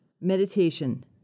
meditation